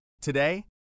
Today